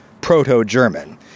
Proto-German